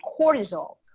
cortisol